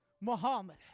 Muhammad